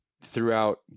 throughout